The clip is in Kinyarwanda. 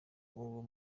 uwo